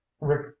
rick